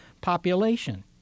population